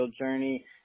journey